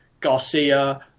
Garcia